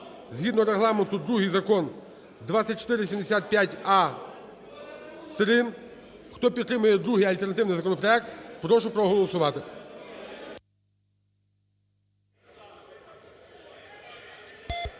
згідно Регламенту другий закон – 2475а-3. Хто підтримує другий альтернативний законопроект, прошу проголосувати.